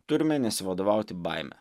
turime nesivadovauti baime